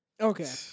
Okay